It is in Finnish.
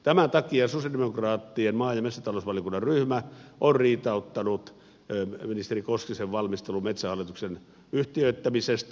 tämän takia sosialidemokraattien maa ja metsätalousvaliokuntaryhmä on riitauttanut ministeri koskisen valmistelun metsähallituksen yhtiöittämisestä